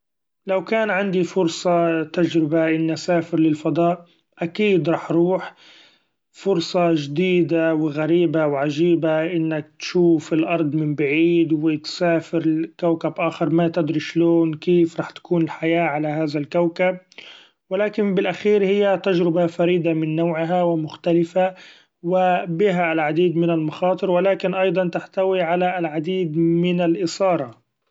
لو كان عندي فرصه تجربة إني أسافر للفضاء أكيد رح روح ، فرصة جديدة وغريبة وعجيبة إنك تشوف الأرض من بعيد و تسافر لكوكب آخر ما تدري شلون كيف رح تكون الحياة علي هذا الكوكب ، و لكن بالأخير هي تجربة فريدة من نوعها و مختلفة و بها العديد من المخاطر ، و لكن أيضا تحتوي علي العديد من الإثارة.